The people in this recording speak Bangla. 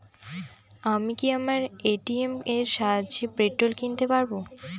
আমি কি আমার এ.টি.এম এর সাহায্যে পেট্রোল কিনতে পারব?